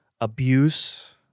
abuse